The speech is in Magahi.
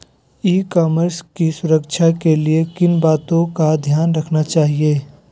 ई कॉमर्स की सुरक्षा के लिए किन बातों का ध्यान रखना चाहिए?